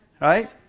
Right